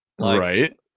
Right